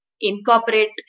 incorporate